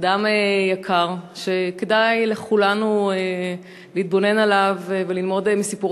אדם יקר שכדאי לכולנו להתבונן עליו וללמוד מסיפור